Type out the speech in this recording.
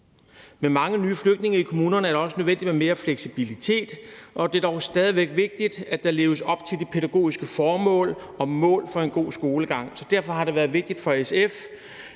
Med mange nye flygtninge i kommunerne er det også nødvendigt med mere fleksibilitet, men det er dog stadig væk vigtigt, at der leves op til pædagogiske formål og mål for en god skolegang. Det har været vigtigt for SF.